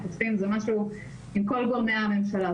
זה משהו עם כל גורמי הממשלה,